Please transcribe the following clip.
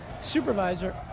supervisor